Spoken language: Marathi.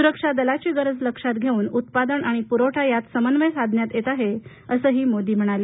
सुरक्षा दलाची गरज लक्षात घेऊन उत्पादन आणि पुरवठा यात समन्वय साधण्यात येत आहे असंही ते म्हणाले